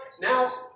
Now